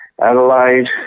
Adelaide